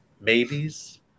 maybes